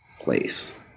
place